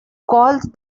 called